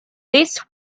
this